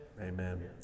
Amen